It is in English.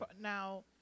now